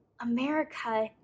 America